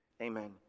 Amen